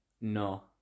No